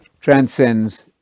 transcends